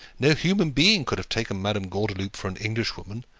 no human being could have taken madame gordeloup for an englishwoman,